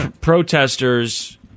Protesters